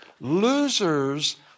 Losers